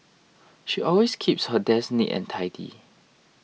she always keeps her desk neat and tidy